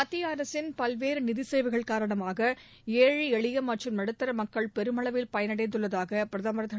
மத்தியஅரசின் பல்வேறுநிதிசேவைகள் காரணமாக ஏழைஎளியமற்றும் நடுத்தரமக்கள் பெருமளவில் பயனடைந்துள்ளதாகபிரதமர் திரு